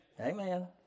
Amen